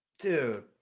Dude